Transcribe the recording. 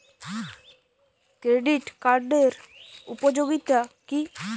Credit কার্ডের উপযোগিতা কি?